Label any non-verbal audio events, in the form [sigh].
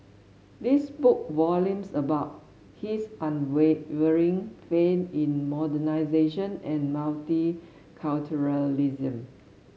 this spoke volumes about his [unintelligible] unwavering faith in modernisation and multiculturalism